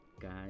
guys